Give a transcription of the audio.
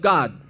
God